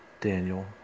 Daniel